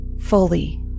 fully